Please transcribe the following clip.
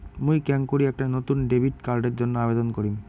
মুই কেঙকরি একটা নতুন ডেবিট কার্ডের জন্য আবেদন করিম?